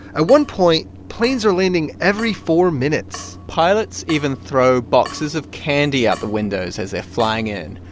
at one point, planes are landing every four minutes pilots even throw boxes of candy out the windows as they're flying in,